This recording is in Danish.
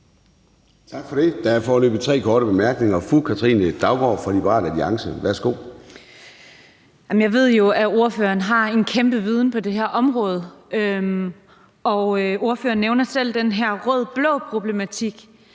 Tak for det. Der er foreløbig tre korte bemærkninger. Fru Katrine Daugaard fra Liberal Alliance, værsgo. Kl. 10:27 Katrine Daugaard (LA): Jeg ved jo, at ordføreren har en kæmpe viden på det her område, og ordføreren nævner selv den her rød-blå-problematik,